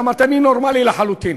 אמרתי: אני נורמלי לחלוטין.